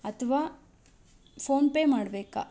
ಅಥವಾ ಫೋನ್ಪೇ ಮಾಡಬೇಕಾ